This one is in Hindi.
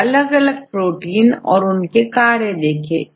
अलग अलग प्रोटीन और उनके कार्य देखेंजाएं